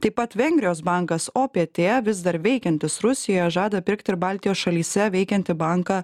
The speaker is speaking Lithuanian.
taip pat vengrijos bankas opietė vis dar veikiantis rusijoje žada pirkti ir baltijos šalyse veikiantį banką